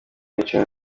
yiciwe